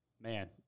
man